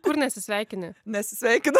kur nesisveikini nesisveikinu